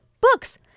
books